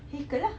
haikel lah